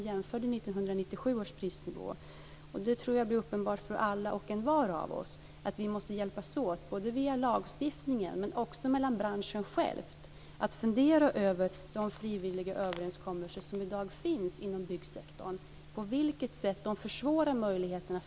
Jag tror att det är uppenbart för alla och envar att man både i lagstiftningsarbetet och inom branschen bör fundera över på vilket sätt de frivilliga överenskommelser som i dag finns inom byggsektorn försvårar importmöjligheterna.